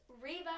Reba